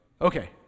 Okay